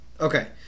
Okay